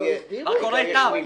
מה קורה איתם?